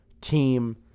team